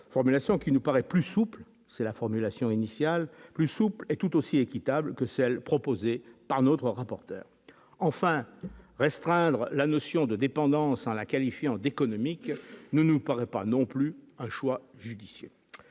formulation qui nous paraît plus souple, c'est la formulation initiale plus souple et tout aussi équitable que celle proposée par notre rapporteur enfin restreindre la notion de dépendance en la qualifiant d'économique ne nous paraît pas non plus un choix judicieux